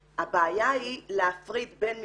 הבעיה היא להפריד בין מתלוננת,